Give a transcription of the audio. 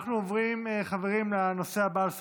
חברים, אנחנו עוברים לנושא הבא על סדר-היום,